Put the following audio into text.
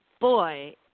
boy